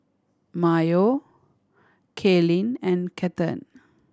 Mayo Kaylyn and Cathern